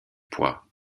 poids